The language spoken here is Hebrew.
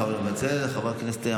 חבר הכנסת בצלאל,